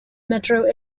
metro